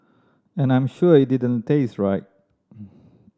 and I'm sure it didn't taste right